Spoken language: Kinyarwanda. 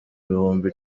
bihumbi